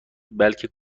بلکه